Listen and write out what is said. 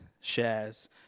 shares